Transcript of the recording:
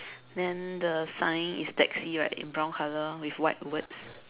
then the sign is taxi right in brown colour with white words